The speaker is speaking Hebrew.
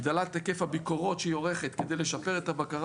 הגדלת היקף הביקורות שהיא עורכת כדי לשפר את הבקרה